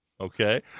Okay